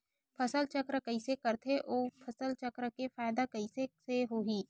फसल चक्र कइसे करथे उ फसल चक्र के फ़ायदा कइसे से होही?